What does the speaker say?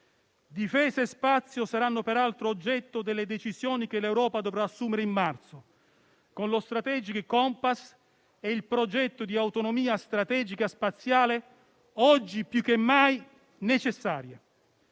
Difesa e spazio saranno peraltro oggetto delle decisioni che l'Europa dovrà assumere in marzo con lo Strategic compass e il progetto di autonomia strategica spaziale, oggi più che mai necessario.